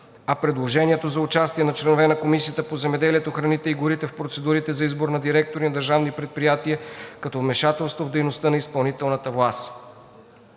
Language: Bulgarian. а предложението за участие на членовете на Комисията по земеделието, храните и горите в процедурите за избор на директори на държавни предприятия – като грубо вмешателство в дейността на изпълнителната власт.